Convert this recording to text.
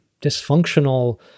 dysfunctional